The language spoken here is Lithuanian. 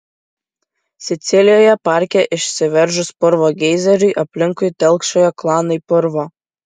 sicilijoje parke išsiveržus purvo geizeriui aplinkui telkšojo klanai purvo